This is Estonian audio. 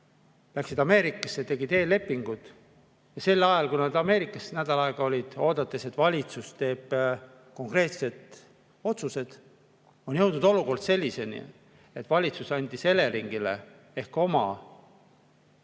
läksid Ameerikasse, tegid eellepingud ja sel ajal, kui nad nädal aega Ameerikas olid, oodates, et valitsus teeb konkreetsed otsused, on jõudnud olukord selleni, et valitsus andis Eleringile ehk oma